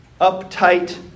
uptight